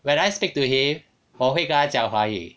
when I speak to him 我会跟他讲华语